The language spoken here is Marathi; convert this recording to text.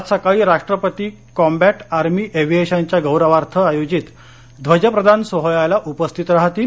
आज सकाळी राष्टपती कॉम्बॅट आर्मी एव्हीएशनच्या गौरवार्थ आयोजित ध्वजप्रदान सोहळ्याला उपस्थित राहतील